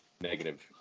negative